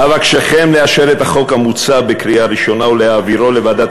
אבקשכם לאשר את החוק המוצע בקריאה ראשונה ולהעבירו לוועדת